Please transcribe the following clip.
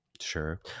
Sure